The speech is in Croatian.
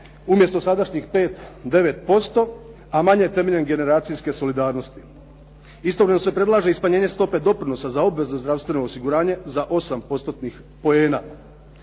umjesto sadašnjih 5, 9%, a manje temeljem generacijske solidarnosti. Istovremeno se predlaže i smanjenje stope doprinosa za obvezu za zdravstveno osiguranje za osam